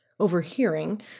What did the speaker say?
Overhearing